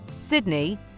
Sydney